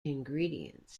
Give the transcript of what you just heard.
ingredients